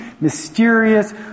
mysterious